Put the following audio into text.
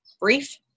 brief